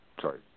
Sorry